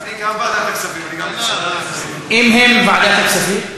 אני גם, ועדת הכספים.